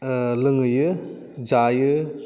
लोंहैयो जायो